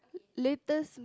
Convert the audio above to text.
latest